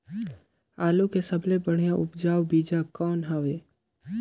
आलू के सबले बढ़िया उपजाऊ बीजा कौन हवय?